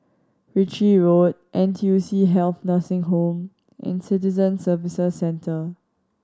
Ritchie Road N T U C Health Nursing Home and Citizen Services Centre